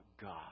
God